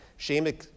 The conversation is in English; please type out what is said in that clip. Shame